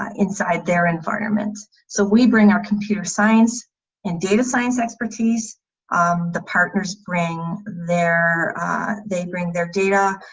um inside their environments. so we bring our computer science and data science expertise um the partners bring their they bring their data,